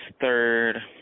third